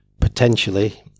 potentially